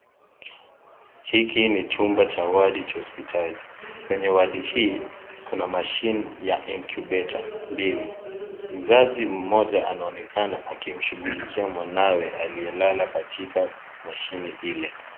Hiki ni chumba cha wadi cha hospitali kwenye wadi hii kuna mashine ya incubator mbili mzazi mmoja anaonekana akimshughulikia mwanaye aliye lala katika machine ile.